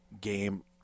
game